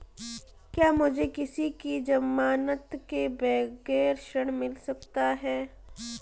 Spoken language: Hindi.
क्या मुझे किसी की ज़मानत के बगैर ऋण मिल सकता है?